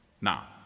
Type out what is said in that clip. Now